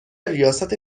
ریاست